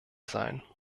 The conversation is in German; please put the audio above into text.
sein